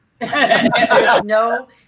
No